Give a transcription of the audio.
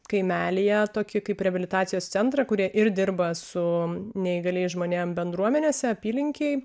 kaimelyje tokį kaip reabilitacijos centrą kur jie ir dirba su neįgaliais žmonėm bendruomenėse apylinkėj